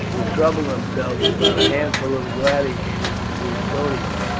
to trouble themselves about a handful of gladiators in bruttium,